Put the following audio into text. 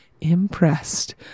impressed